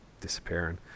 disappearing